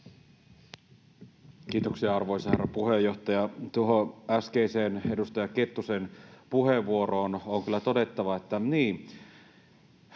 Kiitoksia, arvoisa herra puheenjohtaja! Tuohon äskeiseen edustaja Kettusen puheenvuoroon on kyllä todettava, että niin,